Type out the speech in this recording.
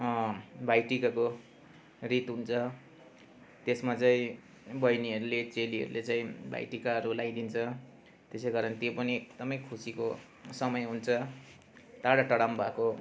भाइ टिकाको रित हुन्छ त्यसमा चाहिँ बहिनीहरूले चाहिँ चेलीहरूले चाहिँ भाइ टिकाहरू लगाइदिन्छ त्यसै कारण त्यो पनि एकदम खुसीको समय हुन्छ टाडा टाडामा भएको